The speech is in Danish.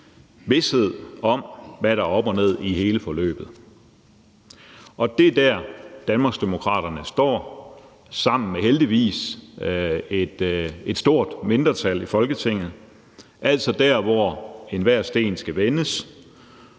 vished om, hvad der er op og ned i hele forløbet. Det er der, Danmarksdemokraterne står sammen med, heldigvis, et stort mindretal i Folketinget, altså der, hvor enhver sten skal vendes.